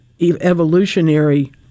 evolutionary